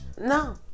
No